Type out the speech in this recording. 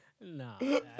No